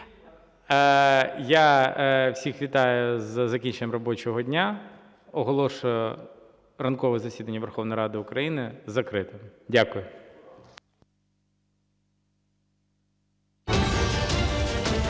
Я всіх вітаю із закінченням робочого дня. Оголошую ранкове засідання Верховної Ради України закритим. Дякую.